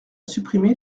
supprimé